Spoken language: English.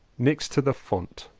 next to the font.